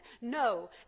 No